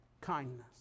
kindness